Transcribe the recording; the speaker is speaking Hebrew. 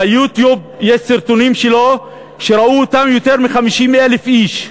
ב"יוטיוב" יש סרטונים שלו שראו אותם יותר מ-50,000 איש,